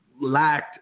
lacked